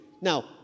Now